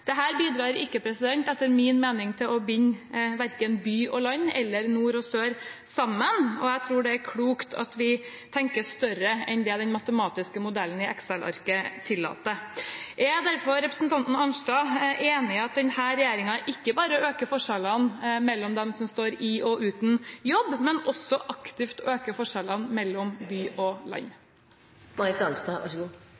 bidrar etter min mening ikke til å binde sammen verken by og land eller nord og sør, og jeg tror det er klokt at vi tenker større enn det den matematiske modellen i Excel-arket tillater. Er representanten Arnstad derfor enig i at denne regjeringen ikke bare øker forskjellene mellom dem som står i jobb, og dem som står uten jobb, men også aktivt øker forskjellene mellom by og